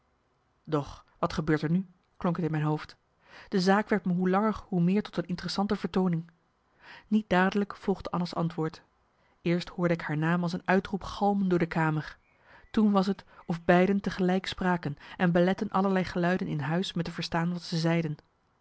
doch wat gebeurt er nu klonk t in mijn hoofd de zaak werd me hoe langer hoe meer tot een interessante vertooning niet dadelijk volgde anna's antwoord eerst hoorde ik haar naam als een uitroep galmen door de kamer toen was t of beiden tegelijk spraken en beletten allerlei geluiden in huis me te verstaan wat ze zeiden